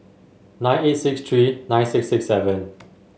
nine eight six three nine six six seven